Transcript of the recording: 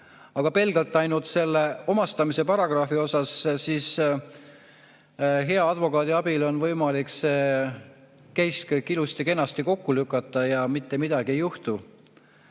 Aga pelgalt selle omastamise paragrahvi osas hea advokaadi abil on võimalik seecasekõik ilusti-kenasti kokku lükata ja mitte midagi ei juhtu.